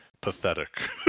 pathetic